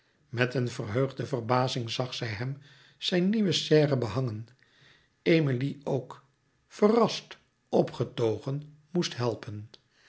met een verheugde verbazing zag zij hem zijn nieuwe serre behangen emilie ook verrast opgetogen moest helpen